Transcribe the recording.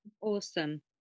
Awesome